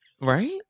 right